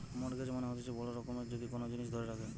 mortgage মানে হতিছে বড় রকমের যদি কোন জিনিস ধরে রাখে